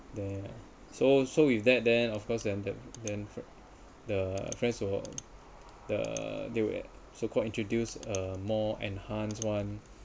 the so so with that then of course then the then for the fr~ or what they will so called introduced a more enhanced one